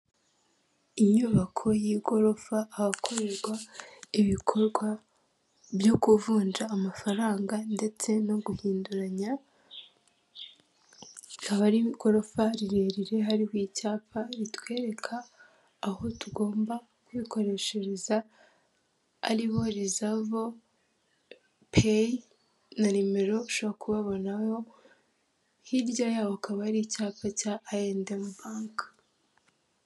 Inyubako y'igorofa ahakorerwa ibikorwa byo kuvunja amafaranga, ndetse no guhinduranya, ikaba ari igorofa rirerire hariho icyapa ritwereka aho tugomba kwikoreshereza, aribo rizavo peyi na nimero ushobora kubabonaho, hirya yaho akaba ari icyapa cya Ayendemu Banke.